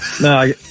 No